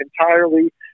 entirely